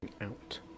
out